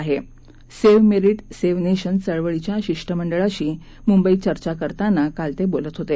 save merit save nation चळवळीच्या शिष्टमंडळाशी मुंबई त चर्चा करताना काल ते बोलत होते